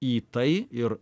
į tai ir